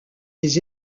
des